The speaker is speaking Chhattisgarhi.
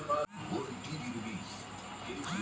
तेंहा पहाटिया ल कहिबे चेतन ह तोला पूछत रहिस हे कहिके